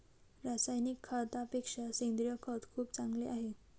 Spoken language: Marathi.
रासायनिक खतापेक्षा सेंद्रिय खत खूप चांगले आहे